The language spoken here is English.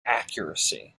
accuracy